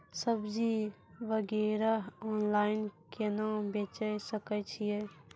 सब्जी वगैरह ऑनलाइन केना बेचे सकय छियै?